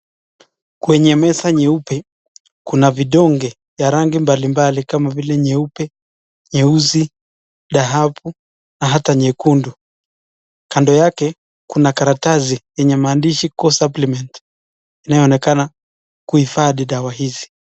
Kwenye meza nyeupe kuna vidonge ya rangi mbalimbali kama vile nyeupe, nyeusi, dahabu na hata nyekundu. Kando yake kuna karatasi yenye maandishi core supplement inayoonekana kuhifadhi dawa hizi.